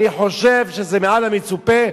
אני חושב שזה מעל למצופה.